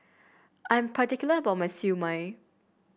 I'm particular about my Siew Mai